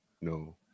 no